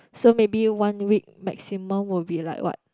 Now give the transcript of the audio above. so maybe one week maximum will be like what